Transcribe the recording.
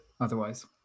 otherwise